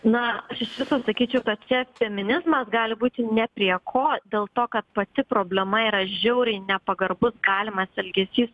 na iš viso sakyčiau kad čia feminizmas gali būti ne prie ko dėl to kad pati problema yra žiauriai nepagarbus galimas elgesys